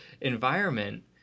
environment